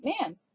man